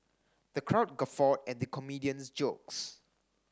the crowd guffawed at the comedian's jokes